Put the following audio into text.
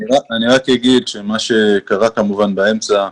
אני רק אומר שמה שקרה כמובן באמצע,